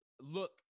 look